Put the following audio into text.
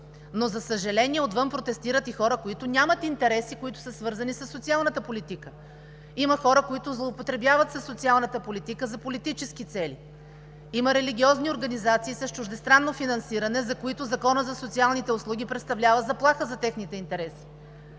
но, за съжаление, отвън протестират и хора, които нямат интереси, свързани със социалната политика. Има хора, които злоупотребяват със социалната политика за политически цели, има религиозни организации с чуждестранно финансиране, за чиито интереси Законът за социалните услуги представлява заплаха, има откровени